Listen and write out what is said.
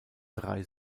drei